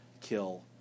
kill